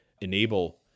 enable